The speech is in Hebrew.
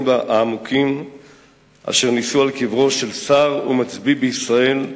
והעמוקים אשר נישאו על קברו של שר ומצביא בישראל,